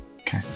Okay